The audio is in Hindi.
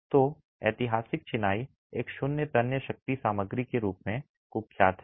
तो ऐतिहासिक चिनाई एक शून्य तन्य शक्ति सामग्री के रूप में कुख्यात है